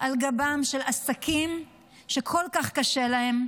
על גבם של עסקים שכל כך קשה להם,